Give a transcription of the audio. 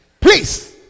please